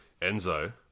Enzo